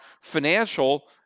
financial